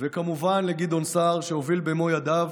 וכמובן לגדעון סער, שהוביל במו ידיו